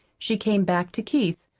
she came back to keith,